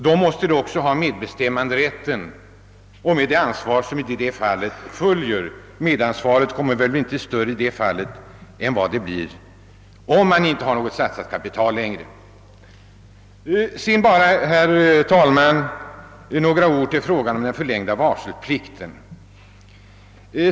Och då menar jag att samhället måste ha medbestämmanderätt. Det måste följa med ansvaret — som väl ändå inte blir större då än om samhället inte har satsat något kapital. Slutligen bara några ord om frågan rörande den förlängda varseltiden.